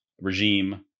regime